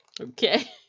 Okay